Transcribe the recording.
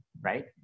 Right